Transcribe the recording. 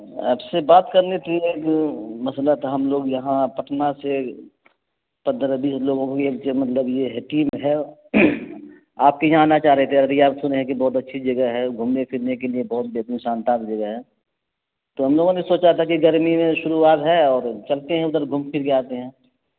آپ سے بات کرنی تھی ایک مسئلہ تو ہم لوگ یہاں پٹنہ سے پندرہ بیس لوگوں کی ایک مطلب یہ ہے ٹیم ہے آپ کے یہاں آنا چاہ رہے تھے ابھی آپ سنے ہیں کہ بہت اچھی جگہ ہے گھومنے پھرنے کے لیے بہت بہتر شاندار جگہ ہے تو ہم لوگوں نے سوچا تھا کہ گرمی میں شروعات ہے اور چلتے ہیں ادھر گھوم پھر کے آتے ہیں